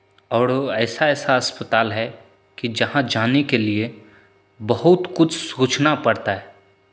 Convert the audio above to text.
और वो ऐसा ऐसा अस्पताल है कि जहां जाने के लिए बहुत कुछ सोचना पड़ता है